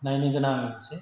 नायनो गोनां मोनसे